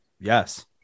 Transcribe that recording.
Yes